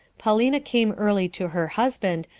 paulina came early to her husband,